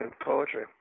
poetry